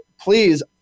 please